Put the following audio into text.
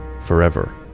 forever